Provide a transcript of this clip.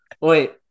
Wait